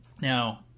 Now